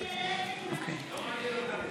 אני אענה לכם, חברים.